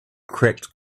cracked